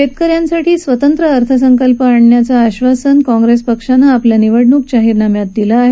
शेतक यांसाठी स्वतंत्र अर्थसंकल्प आणण्याचं आश्वासन काँग्रेस पक्षानं आपल्या निवडणूक जाहीरनाम्यात दिलं आहे